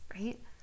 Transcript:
right